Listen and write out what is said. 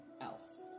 else